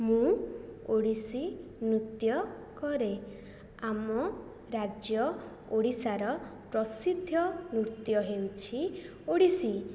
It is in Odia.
ମୁଁ ଓଡ଼ିଶୀ ନୃତ୍ୟ କରେ ଆମ ରାଜ୍ୟ ଓଡ଼ିଶାର ପ୍ରସିଦ୍ଧ ନୃତ୍ୟ ହେଉଛି ଓଡ଼ିଶୀ